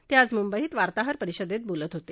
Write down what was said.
ते आज म्ंबईत वार्ताहर परिषदेत बोलत होते